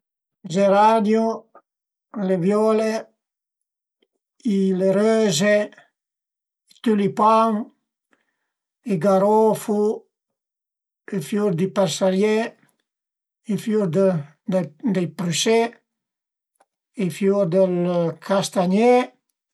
Geranio, le viole, i le röze, i tülipan, i garofu, i fiur di persaié, i fiur del dei prüsé, i fiur del castagné